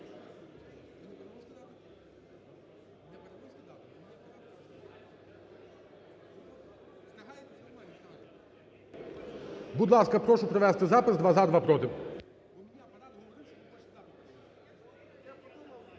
Будь ласка, прошу провести запис: два – за, два проти.